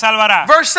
verse